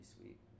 sweet